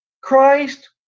Christ